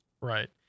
Right